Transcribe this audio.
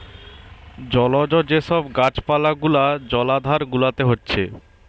জলজ যে সব গাছ পালা গুলা জলাধার গুলাতে হচ্ছে